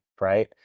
right